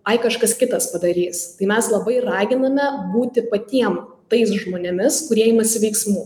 ai kažkas kitas padarys tai mes labai raginame būti patiem tais žmonėmis kurie imasi veiksmų